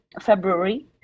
February